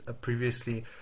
previously